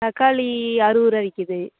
தக்காளி அறுவதுரூவா விற்கிது